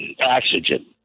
oxygen